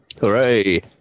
Hooray